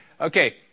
Okay